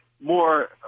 more